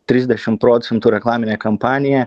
trisdešim procentų reklaminė kampanija